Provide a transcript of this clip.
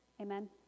Amen